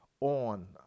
on